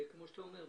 כמו שאתה אומר,